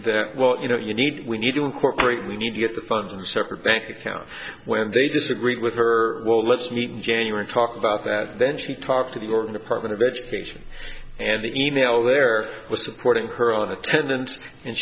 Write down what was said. that well you know you need we need to incorporate we need to get the funds in separate bank accounts when they disagreed with her well let's meet in january talk about that then she talked to the organ apartment education and the email there was supporting her on attendance and